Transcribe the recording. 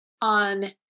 on